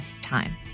time